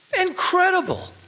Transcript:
Incredible